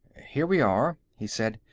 here we are, he said.